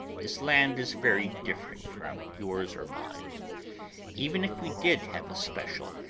this land is very different from yours or mine even if we did have a special,